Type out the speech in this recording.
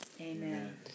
Amen